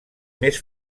més